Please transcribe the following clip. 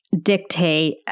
dictate